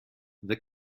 the